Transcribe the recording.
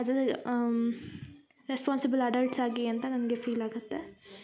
as as responsible adults ಆಗಿ ಅಂತ ನನಗೆ ಫೀಲ್ ಆಗತ್ತೆ